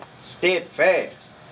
Steadfast